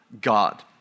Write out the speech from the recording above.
God